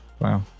Wow